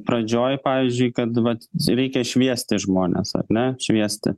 pradžioj pavyzdžiui kad vat reikia šviesti žmones ar ne šviesti